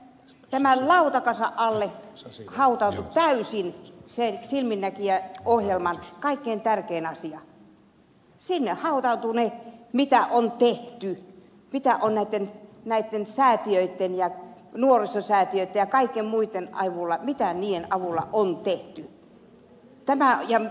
tämän lautakasan alle hautautui täysin se silminnäkijä ohjelman kaikkein tärkein asia sinne hautautui se mitä on tehty näitten säätiöitten ja nuorisosäätiöitten ja kaiken muiden avulla mitä niiden avulla on tehty